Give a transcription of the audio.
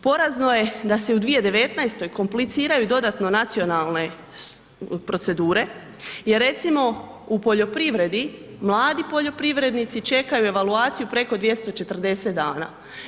Porazno je da se u 2019. kompliciraju dodatno nacionalne procedure jer, recimo u poljoprivredi, mladi poljoprivrednici čekaju evaluaciju preko 240 dana.